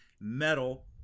Metal